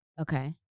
Okay